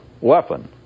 weapon